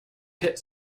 pit